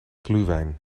glühwein